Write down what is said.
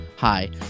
Hi